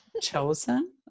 chosen